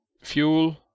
fuel